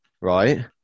Right